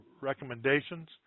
recommendations